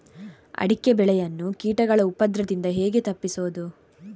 ಅಡಿಕೆ ಬೆಳೆಯನ್ನು ಕೀಟಗಳ ಉಪದ್ರದಿಂದ ಹೇಗೆ ತಪ್ಪಿಸೋದು?